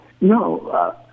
No